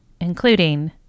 including